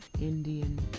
Indian